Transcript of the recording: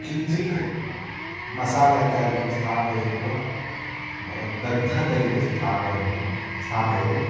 किञ्चित् मसाला इत्यादिकं स्थापयित्वा दग्धतैले स्थापनीयं स्थापयेत्